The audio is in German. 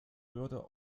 würde